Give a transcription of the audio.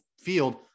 field